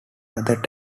other